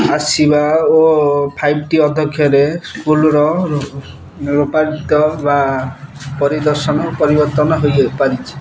ଆସିବା ଓ ଫାଇଭ୍ ଟି ଅଧକ୍ଷରେ ସ୍କୁଲ୍ର ରୂପାନ୍ତର ବା ପରିଦର୍ଶନ ପରିବର୍ତ୍ତନ ହୋଇପାରିଛି